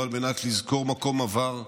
לא על מנת לזכור מקום עבר.